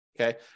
okay